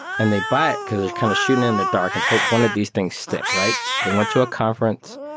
and they buy it because they're kind of shooting in the dark and hope one of these things stick, right? they went to a conference.